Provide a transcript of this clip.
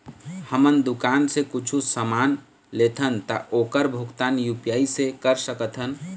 हमन दुकान से कुछू समान लेथन ता ओकर भुगतान यू.पी.आई से कर सकथन?